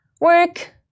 work